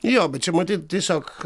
jo bet čia matyt tiesiog